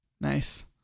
nice